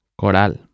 coral